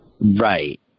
right